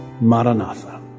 Maranatha